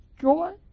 joy